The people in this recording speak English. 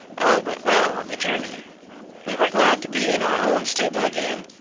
all went well on the journey we were glad to be in our own stable again,